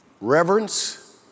Reverence